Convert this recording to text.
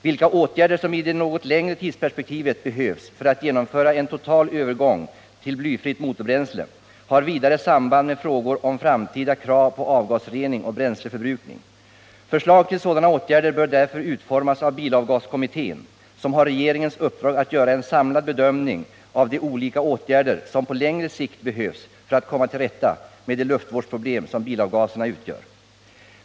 Vilka åtgärder som i det något längre tidsperspektivet behövs för att genomföra en total övergång till blyfritt motorbränsle har vidare samband med frågor om framtida krav på avgasrening och bränsleförbrukning. Förslag till sådana åtgärder bör därför utformas av bilavgaskommittén, som har regeringens uppdrag att göra en samlad bedömning av de olika åtgärder som på längre sikt behövs för att komma till rätta med det luftvårdsproblem som bilavgaserna utgör.